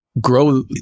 grow